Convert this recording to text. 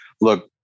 look